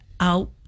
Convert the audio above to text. out